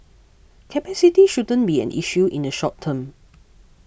capacity shouldn't be an issue in the short term